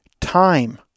Time